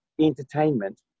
entertainment